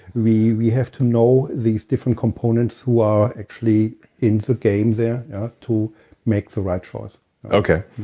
we we have to know these different components who are actually in the game there to make the right choice okay.